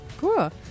Cool